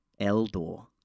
Eldor